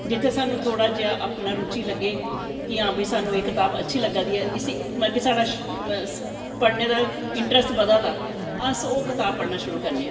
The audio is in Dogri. जित्थें थोह्ड़ा जेहा साह्नू अपनी रुची लग्गै कि हां बाई साह्नू एह् कताब अच्छी लग्गा दी ऐ इसी मतलव कि साढ़ा पढ़नें दा इंट्रस्ट बदा दा अस ओह् कताब पढ़नां शुरु करनें आं